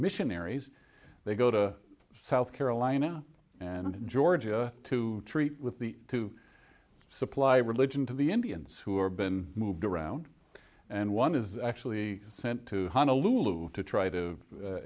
missionaries they go to south carolina and in georgia to treat with the two supply religion to the indians who are been moved around and one is actually sent to honolulu to try to